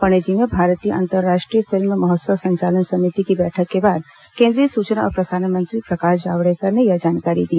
पणजी में भारतीय अंतर्राष्ट्रीय फिल्म महोत्सव संचालन समिति की बैठक के बाद केंद्रीय सूचना और प्रसारण मंत्री प्रकाश जावड़ेकर ने यह जानकारी दी